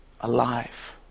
alive